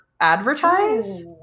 advertise